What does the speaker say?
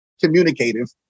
communicative